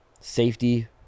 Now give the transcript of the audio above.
safety –